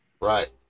Right